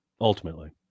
ultimately